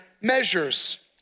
measures